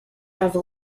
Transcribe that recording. have